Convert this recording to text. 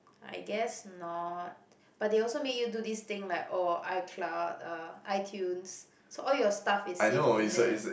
I guess not but they also make you do this thing like oh iCloud uh iTunes so all your stuff is saved in them